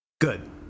Good